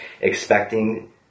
expecting